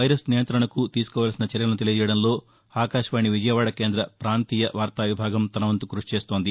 virus నియంత్రణకు తీసుకోవల్సిన చర్యలను తెలియజేయడంలో ఆకాశవాణి విజయవాడ కేంద్ర పాంతీయ వార్తా విభాగం తనవంతు కృషిచేస్తోంది